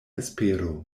espero